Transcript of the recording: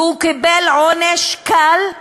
והוא קיבל עונש קל,